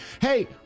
Hey